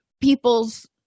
people's